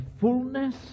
fullness